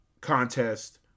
contest